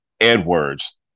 Edwards